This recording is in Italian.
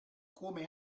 come